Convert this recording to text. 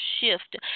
shift